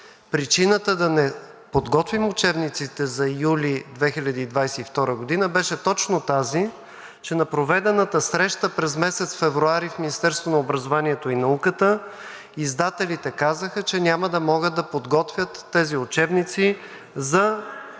Причината да не подготвим учебниците за юли 2022 г. беше точно тази, че на проведената среща през месец февруари в Министерството на образованието и науката издателите казаха, че няма да могат да подготвят тези учебници за